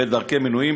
ודרכי מינוים